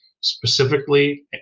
specifically